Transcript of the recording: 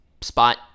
spot